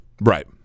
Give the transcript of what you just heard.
Right